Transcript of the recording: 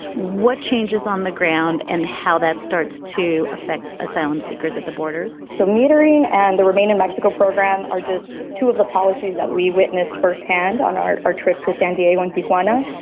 what changes on the ground and how that starts to affect asylum seekers at the borders so metering and the remain in mexico program are just two of the policies that we witnessed firsthand on our our trip to san diego and county juana.